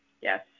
Yes